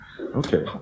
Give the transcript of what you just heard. Okay